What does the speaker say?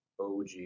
OG